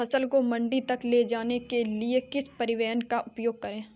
फसल को मंडी तक ले जाने के लिए किस परिवहन का उपयोग करें?